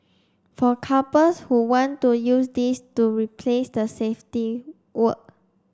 for couples who want to use this to replace the safety word